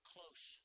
Close